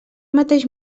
mateix